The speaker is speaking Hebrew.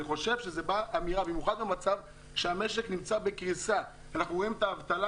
במיוחד במצב שהמשק נמצא בקריסה ורואים שהאבטלה